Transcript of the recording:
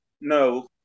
No